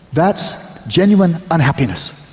that's genuine unhappiness.